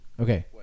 Okay